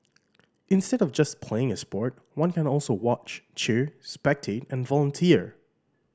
instead of just playing a sport one can also watch cheer spectate and volunteer